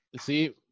See